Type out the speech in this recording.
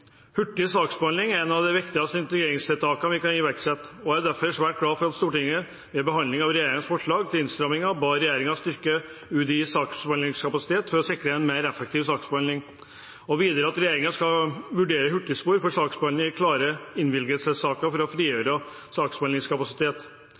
Hurtig saksbehandling er et av de viktigste integreringstiltakene vi kan iverksette. Jeg er derfor svært glad for at Stortinget ved behandlingen av regjeringens forslag til innstramminger ba regjeringen styrke UDIs saksbehandlingskapasitet for å sikre en mer effektiv saksbehandling, og videre at regjeringen skal vurdere hurtigspor for saksbehandling i klare innvilgelsessaker, for å